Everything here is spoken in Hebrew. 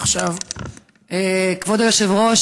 כבוד היושב-ראש,